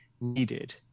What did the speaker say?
needed